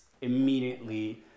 immediately